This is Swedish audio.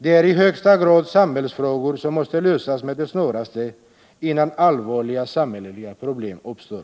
Det gäller i högsta grad samhällsfrågor som måste lösas med det snaraste, innan allvarliga samhälleliga problem uppstår.